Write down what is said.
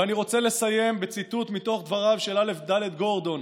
ואני רוצה לסיים בציטוט מתוך דבריו של א"ד גורדון,